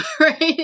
right